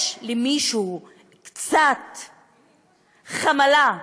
יש למישהו קצת חמלה,